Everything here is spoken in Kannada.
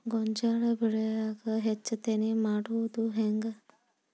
ಗೋಂಜಾಳ ಬೆಳ್ಯಾಗ ಹೆಚ್ಚತೆನೆ ಮಾಡುದ ಹೆಂಗ್?